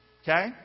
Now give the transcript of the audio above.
Okay